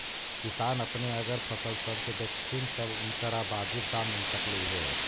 किसान अपने अगर फसल सब के बेचतथीन तब उनकरा बाजीब दाम मिल सकलई हे